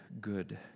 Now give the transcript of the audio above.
good